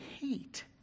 hate